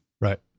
Right